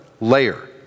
layer